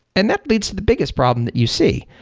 and that leads the biggest problem that you see.